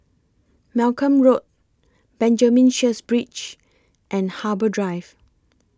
Malcolm Road Benjamin Sheares Bridge and Harbour Drive